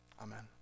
Amen